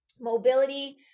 Mobility